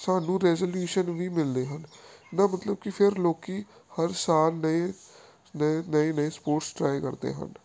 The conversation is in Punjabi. ਸਾਨੂੰ ਰੈਜੋਲਊਸ਼ਨ ਵੀ ਮਿਲਦੇ ਹਨ ਇਹਦਾ ਮਤਲਬ ਕਿ ਫਿਰ ਲੋਕ ਹਰ ਸਾਲ ਲਈ ਨਵੇਂ ਨਵੇਂ ਸਪੋਰਟਸ ਟਰਾਈ ਕਰਦੇ ਹਨ